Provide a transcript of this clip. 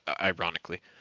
ironically